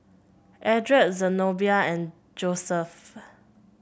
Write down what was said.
Eldred Zenobia and Joeseph